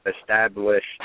established